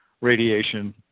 radiation